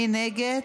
מי נגד?